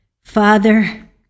Father